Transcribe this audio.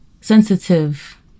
sensitive